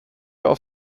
auf